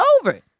over